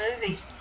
movies